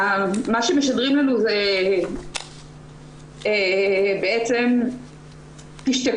מה שמשדרים לנו זה בעצם תשתקו.